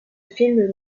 film